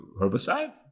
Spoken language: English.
Herbicide